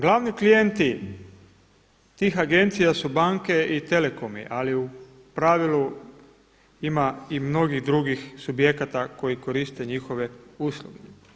Glavni klijenti tih agencija su banke i telekomi, ali u pravilu ima i mnogih drugih subjekata koji koriste njihove usluge.